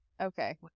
Okay